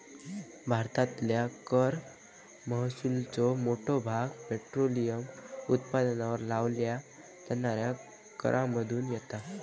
भारतातल्या कर महसुलाचो मोठो भाग पेट्रोलियम उत्पादनांवर लावल्या जाणाऱ्या करांमधुन येता